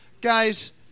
Guys